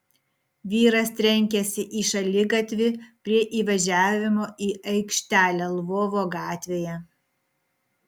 vyras trenkėsi į šaligatvį prie įvažiavimo į aikštelę lvovo gatvėje